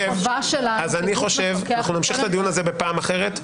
אנחנו נמשיך את הדיון הזה בפעם אחרת.